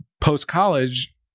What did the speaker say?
post-college